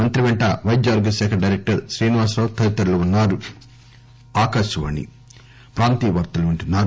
మంత్రి వెంట వైద్య ఆరోగ్య శాఖ డైరెక్టర్ శ్రీనివాసరావు తదితరులు ఉన్నా రు